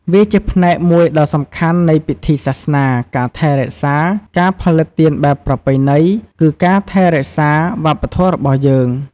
វាជាផ្នែកមួយដ៏សំខាន់នៃពិធីសាសនា ការថែរក្សាការផលិតទៀនបែបប្រពៃណី គឺការថែរក្សាវប្បធម៌របស់យើង។